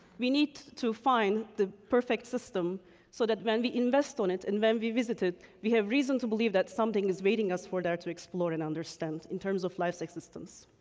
we need to find the perfect system so that when we invest on it and when we visit it, we have reason to believe that something is waiting us for there to explore and understand in terms of life's existence,